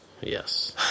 yes